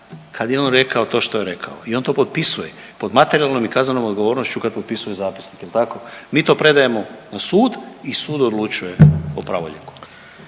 kad je on rekao to što je rekao i on to je potpisuje pod materijalnom i kaznenom odgovornošću kad potpisuje zapisnik jel tako, mi to predajemo na sud i sud odlučuje o pravorijeku.